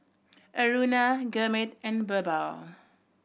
Aruna Gurmeet and Birbal